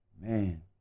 man